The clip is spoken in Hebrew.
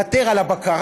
לוותר על הבקרה,